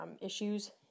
issues